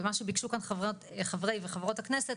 מה שביקשו כאן חברי וחברות הכנסת,